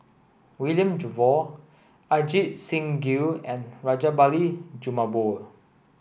William Jervois Ajit Singh Gill and Rajabali Jumabhoy